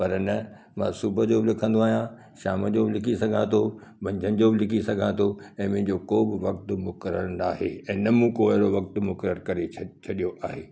पर न मां सुबुह जो बि लिखंदो आहियां शाम जो बि लिखी सघां थो मंझंदि जो बि लिखी सघां थो ऐं मुंहिंजो को बि वक़्तु मुकर्र न आहे ऐं न मूं को अहिड़ो वक़्तु मुकरर करे छॾ छॾियो आहे